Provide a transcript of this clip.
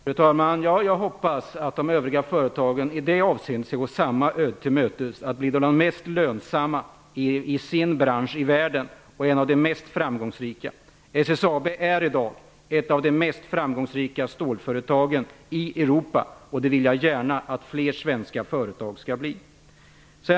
Fru talman! Ja, jag hoppas att de övriga företagen skall gå samma öde till mötes i så måtto att de blir de mest lönsamma i sin bransch och bland de mest framgångsrika i världen. SSAB är i dag ett av de mest framgångsrika stålföretagen i Europa, och jag vill gärna se att fler svenska företag skall bli det.